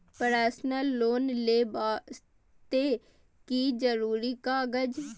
Personal loan ले वास्ते की जरुरी कागज?